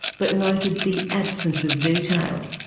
but noted the absence of detail.